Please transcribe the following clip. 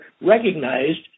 recognized